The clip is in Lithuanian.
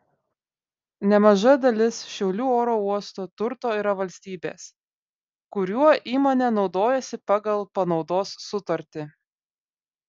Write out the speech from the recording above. nemaža dalis šiaulių oro uosto turto yra valstybės kuriuo įmonė naudojasi pagal panaudos sutartį